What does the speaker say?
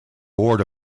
board